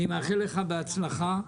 אני מאחל לך בהצלחה.